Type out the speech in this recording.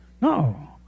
No